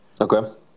Okay